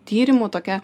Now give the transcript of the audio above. tyrimų tokia